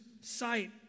sight